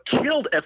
killed